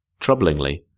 Troublingly